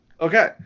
Okay